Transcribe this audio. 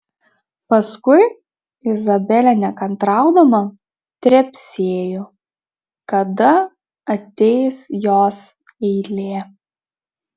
paskui izabelė nekantraudama trepsėjo kada ateis jos eilė